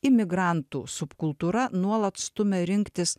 imigrantų subkultūra nuolat stumia rinktis